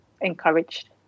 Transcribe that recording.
encouraged